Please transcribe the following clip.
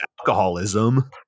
alcoholism